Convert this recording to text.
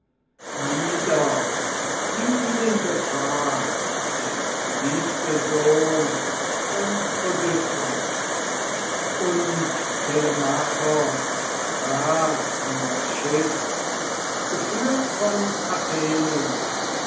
nieder wie ihnen befahl der geliebte sohn von odysseus und telemachos trat in das schiff geführt von athenen